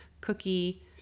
cookie